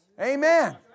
Amen